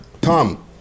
Tom